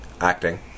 acting